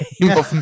game